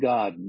God